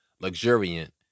luxuriant